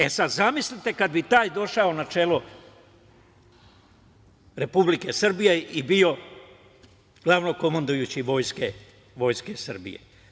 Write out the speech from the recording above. E, sad, zamislite kad bi taj došao na čelo Republike Srbije i bio glavnokomandujući vojske Srbije?